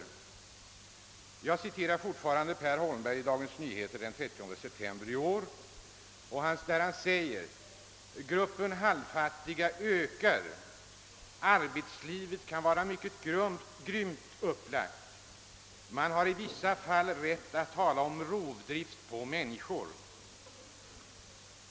Jag fortsätter att citera Per Holmbergs uttalande i Dagens Nyheter av den 30 september i år! »——— gruppen halvfattiga ökar. Arbetslivet kan vara grymt upplagt. Man har i vissa fall rätt att tala om rovdrift på människor.